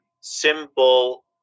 simple